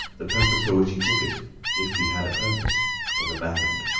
the purpose for which he took it if he had a purpose was abandoned.